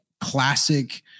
classic